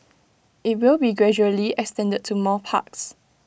IT will be gradually extended to more parks